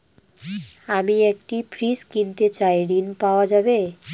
আমি একটি ফ্রিজ কিনতে চাই ঝণ পাওয়া যাবে?